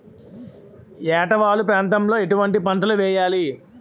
ఏటా వాలు ప్రాంతం లో ఎటువంటి పంటలు వేయాలి?